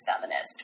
Feminist